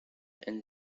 and